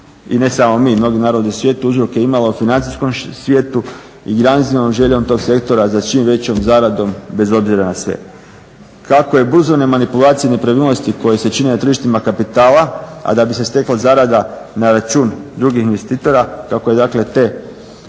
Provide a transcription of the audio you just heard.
i ne samo mi, mnogi narodi svijeta je uzroke imalo u financijskom svijetu i gramzivom željom tog sektora za čim većom zaradom bez obzira na sve. Kako je burzovne manipulacije i nepravilnosti koje se čine na tržištima kapitala, a da bi se stekla zarada na račun drugih investitora kako je, dakle te